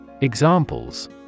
Examples